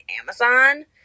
Amazon